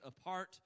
apart